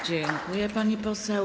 Dziękuję, pani poseł.